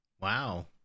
Wow